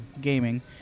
gaming